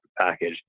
package